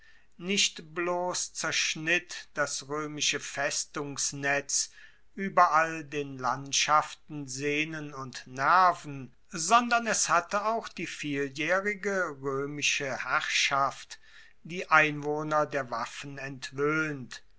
nicht bloss zerschnitt das roemische festungsnetz ueberall den landschaften sehnen und nerven sondern es hatte auch die vieljaehrige roemische herrschaft die einwohner der waffen entwoehnt